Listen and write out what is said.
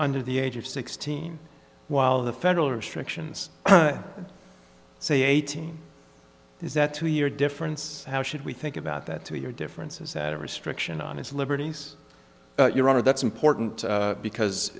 under the age of sixteen while the federal restrictions say eighteen is that two year difference how should we think about that to your difference is that a restriction on his liberties your honor that's important because